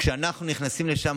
כשאנחנו נכנסים לשם,